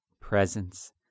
presence